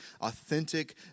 authentic